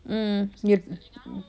mm yo~